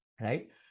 right